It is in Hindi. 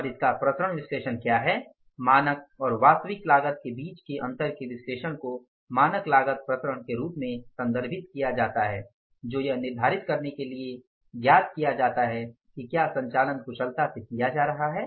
और इसका विचरण विश्लेषण क्या है मानक और वास्तविक लागत के बीच के अंतर के विश्लेषण को मानक लागत विचरण के रूप में संदर्भित किया जाता है जो यह निर्धारित करने के लिए ज्ञात किया जाता है कि क्या संचालन कुशलता से किया जा रहा है